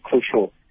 crucial